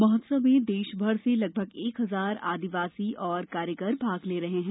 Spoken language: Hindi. महोत्सव में देश भर से लगभग एक हजार आदिवासी एवं कारीगर भाग ले रहे हैं